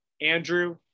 Andrew